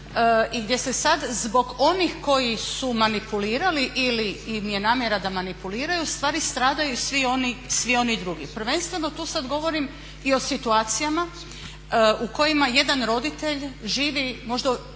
i gdje se sada zbog onih koji su manipulirali ili im je namjera da manipuliraju stradaju svi oni drugi. Prvenstveno tu sada govorim i o situacijama u kojima jedan roditelj živi samo da